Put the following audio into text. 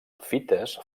fites